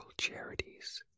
charities